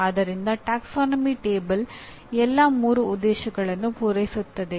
ಆದ್ದರಿಂದ ಪ್ರವರ್ಗ ಕೋಷ್ಟಕ ಎಲ್ಲಾ ಮೂರು ಉದ್ದೇಶಗಳನ್ನು ಪೂರೈಸುತ್ತದೆ